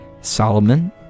solomon